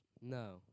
No